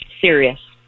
Serious